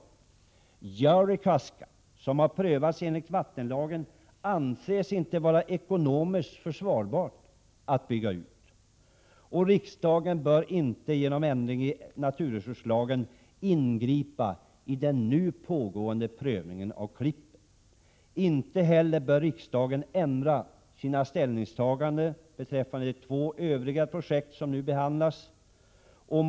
När det gäller Jaurekaska, som har prövats enligt vattenlagen, anses det inte vara ekonomiskt försvarbart att bygga ut denna älvsträcka. Riksdagen bör inte genom ändring i naturresurslagen ingripa i den pågående prövningen av Klippen. Inte heller bör riksdagen ändra sina ställningstaganden beträffande de övriga två projekt som nu behandlas.